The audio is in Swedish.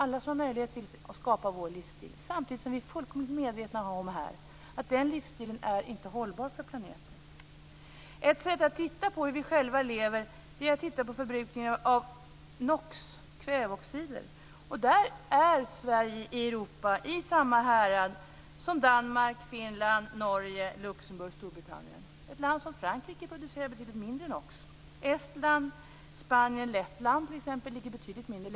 Alla som har möjlighet vill skapa sig vår livsstil, samtidigt som vi här är fullkomligt medvetna om att den livsstilen inte är hållbar för planeten. Ett sätt att titta på hur vi själva lever är att titta på förbrukningen av NOx, kväveoxider. Där är Sverige i Luxemburg och Storbritannien. Ett land som Frankrike producerar betydligt mindre NOx. Estland, Spanien och Lettland t.ex. producerar betydligt mindre.